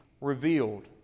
revealed